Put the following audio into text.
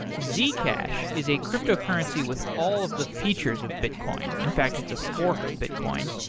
zcash is a cryptocurrency with all of the features of bitcoin. in fact, it's a fork of bitcoin.